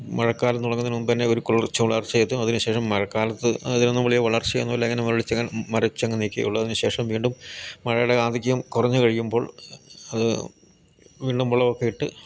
മഴക്കാലം തുടങ്ങുന്നതിനു മുമ്പന്നെ ഒരു കുളർച്ച വളർച്ചയെത്തും അതിനുശേഷം മഴക്കാലത്ത് അതിനൊന്നും വലിയ വളർച്ചയൊന്നുമില്ല അങ്ങനെ മുരടിച്ചങ്ങ് നിൽക്കെ ഉള്ളതിനുശേഷം വീണ്ടും മഴയുടെ ആധിക്യം കുറഞ്ഞു കഴിയുമ്പോൾ അതു വീണ്ടും വളമൊക്കെ ഇട്ട്